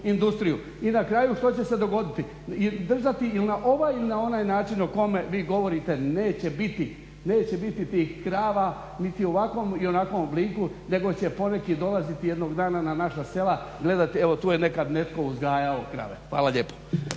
industriju. I na kraju što će se dogoditi? Držati ili na ovaj ili na onaj način o kome vi govorite neće biti tih krava niti u ovakvom i onakvom obliku nego će poneki dolaziti jednog dana na naša sela gledati. Evo tu je nekad netko uzgajao krave. Hvala lijepo.